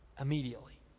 immediately